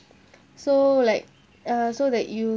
so like uh so that you